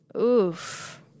Oof